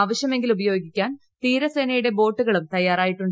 ആവശ്യമെങ്കിൽ ഉപയോഗിക്കാൻ തീരസ്സനയുടെ ബോട്ടുകളും തയ്യാറായിട്ടുണ്ട്